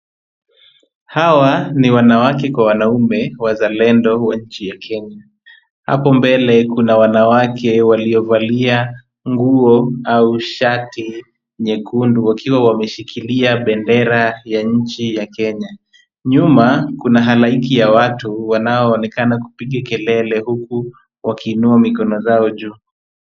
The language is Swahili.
Hawa ni wanawake kwa wanaume, wazalendo wa nchi ya Kenya. Hapo mbele kuna wanawake waliovalia nguo au shati nyekundu wakiwa wameshikilia bendera ya nchi ya Kenya. Nyuma kuna halaiki ya watu wanaoonekana kupiga kelele huku wakiinua mikono zao juu.